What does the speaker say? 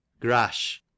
Grash